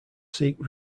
seek